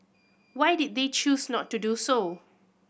why did they choose not to do so